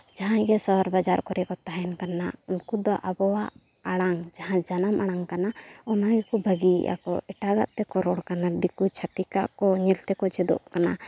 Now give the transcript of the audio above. ᱡᱟᱦᱟᱸᱭ ᱜᱮ ᱥᱚᱦᱚᱨ ᱵᱟᱡᱟᱨ ᱠᱚᱨᱮ ᱠᱚ ᱛᱟᱦᱮᱱ ᱠᱟᱱᱟ ᱩᱱᱠᱩ ᱫᱚ ᱟᱵᱚᱣᱟᱜ ᱟᱲᱟᱝ ᱡᱟᱦᱟᱸ ᱡᱟᱱᱟᱢ ᱟᱲᱟᱝ ᱠᱟᱱᱟ ᱚᱱᱟ ᱜᱮᱠᱚ ᱵᱟᱹᱜᱤᱭᱮᱜᱼᱟ ᱠᱚ ᱮᱴᱟᱜᱟ ᱛᱮᱠᱚ ᱨᱚᱲ ᱠᱟᱱᱟ ᱫᱤᱠᱩ ᱪᱷᱟᱹᱛᱠᱟᱜ ᱠᱚ ᱧᱮᱞ ᱛᱮᱠᱚ ᱪᱮᱫᱚᱜ ᱠᱟᱱᱟ